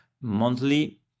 monthly